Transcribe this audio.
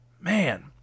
Man